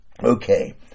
Okay